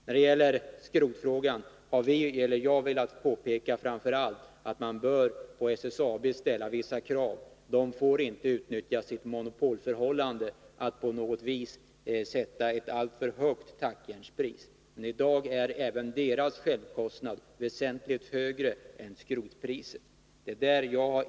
När det gäller skrotfrågan har jag framför allt velat påpeka att man bör ställa vissa krav på SSAB. Företaget får inte utnyttja sin monopolställning och sätta ett alltför högt tackjärnspris. I dag är även deras självkostnad väsentligt högre än skrotpriset.